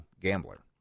gambler